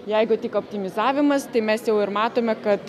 jeigu tik optimizavimas tai mes jau ir matome kad